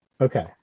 Okay